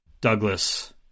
Douglas